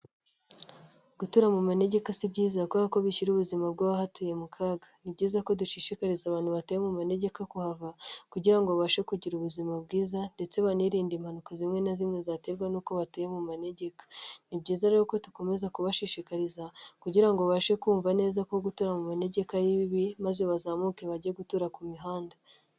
Gutura mu manegeka si byiza kubera ko bishyira ubuzima bw'abahatuye mu kaga. Ni byiza ko dushishikariza abantu batuye mu manegeka kuhava kugira ngo babashe kugira ubuzima bwiza ndetse banirinde impanuka zimwe na zimwe, zaterwa n'uko batuye mu manegeka. Ni byiza rero ko dukomeza kubashishikariza kugira ngo babashe kumva neza ko gutura mu megeka ari bibi, maze bazamuke bajye gutura ku mihanda.